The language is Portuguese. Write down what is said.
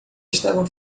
estavam